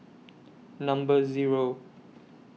Number Zero